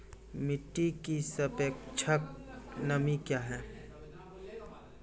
मिटी की सापेक्षिक नमी कया हैं?